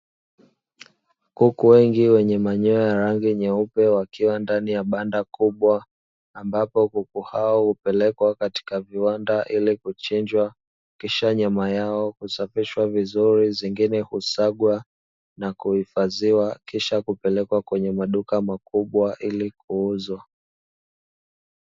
Kuku wengi wa nyama wenye rangi nyeupe wakiwa ndani ya banda kubwa ambapo huku hao hupelekwa katika viwanda ili kuchinjwa kisha nyama yao kusafishwa vizuri nyingine kusagwa na kuhifadhiwa kisha kupelekwa kwenye maduka makubwa ili kuuzwa.